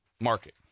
market